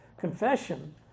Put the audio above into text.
confession